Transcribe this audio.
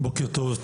בוקר טוב,